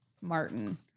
martin